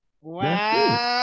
Wow